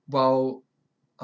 while